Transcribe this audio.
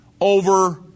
over